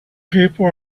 people